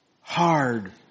hard